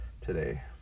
today